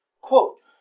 Quote